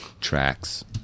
tracks